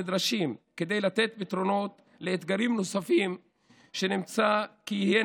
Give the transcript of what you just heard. שנדרשים כדי לתת פתרונות לאתגרים נוספים שנמצא כי יהיה